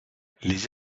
les